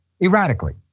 Erratically